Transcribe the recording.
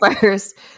first